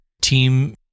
team